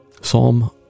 Psalm